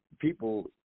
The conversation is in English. People